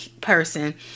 person